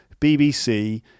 BBC